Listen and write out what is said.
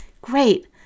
Great